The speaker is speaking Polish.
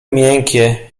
miękkie